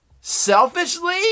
Selfishly